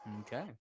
Okay